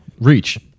reach